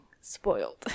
Spoiled